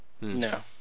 No